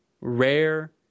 rare